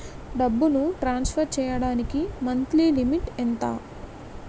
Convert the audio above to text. డబ్బును ట్రాన్సఫర్ చేయడానికి monthly limit ఎంత?